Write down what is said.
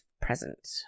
present